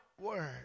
word